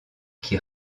qui